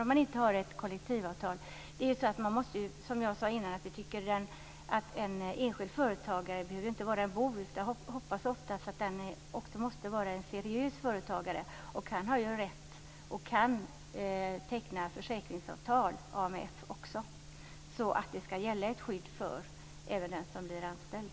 Som jag sade tidigare behöver ju inte en enskild företagare vara en bov, utan jag hoppas att det oftast är en seriös företagare. Denne företagare har ju också rätt och möjlighet att teckna försäkringsavtal med AMF, så att ett skydd ska gälla även för den som blir anställd.